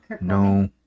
No